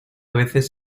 veces